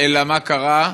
אלא מה קרה,